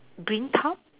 green top